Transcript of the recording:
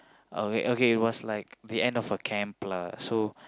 okay okay it was like the end of a camp lah so